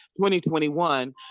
2021